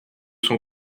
son